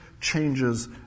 changes